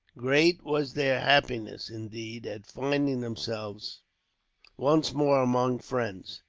great was their happiness, indeed, at finding themselves once more among friends.